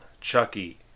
Chucky